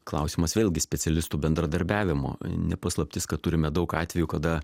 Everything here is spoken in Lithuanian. klausimas vėlgi specialistų bendradarbiavimo ne paslaptis kad turime daug atvejų kada